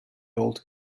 old